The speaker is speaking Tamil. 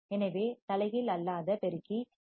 எனவே தலைகீழ் அல்லாத நான் இன்வடிங் பெருக்கி டி